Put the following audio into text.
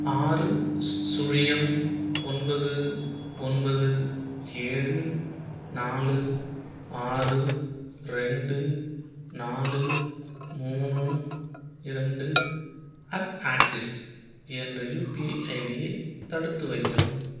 ஆறு சு சுழியம் ஒன்பது ஒன்பது ஏழு நாலு ஆறு ரெண்டு நாலு மூணு இரண்டு அட் ஆக்சிஸ் என்ற யுபிஐ ஐடியை தடுத்து வைக்கவும்